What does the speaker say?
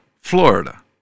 Florida